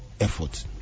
effort